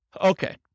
Okay